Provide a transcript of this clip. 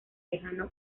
lejano